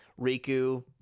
Riku